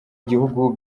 igihugu